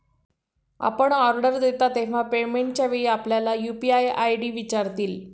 आपण ऑर्डर देता तेव्हा पेमेंटच्या वेळी आपल्याला यू.पी.आय आय.डी विचारतील